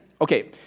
okay